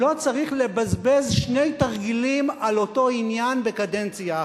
לא צריך לבזבז שני תרגילים על אותו עניין בקדנציה אחת,